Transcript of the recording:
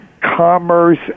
commerce